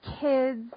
kids